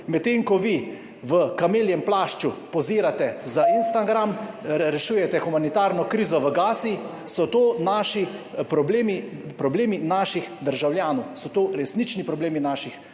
Medtem ko vi v kameljem plašču pozirate za Instagram, rešujete humanitarno krizo v Gazi, so to naši problemi, problemi naših državljanov, to so resnični problemi naših državljanov.